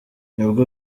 nubwo